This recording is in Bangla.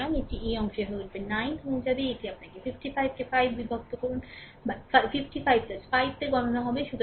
সুতরাং এটি এই অংশে হয়ে উঠবে এটি 9 হয়ে যাবে এবং এটি আপনাকে 55 কে 5 বিভক্ত 55 5 তে গণনা করতে হবে